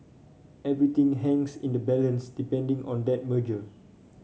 everything hangs in the balance depending on that merger